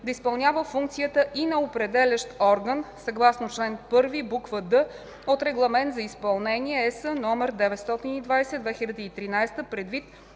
да изпълнява функцията и на „определящ орган” съгласно чл. 1, буква „д” от Регламент за изпълнение (ЕС) № 920/2013, предвид